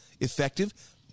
effective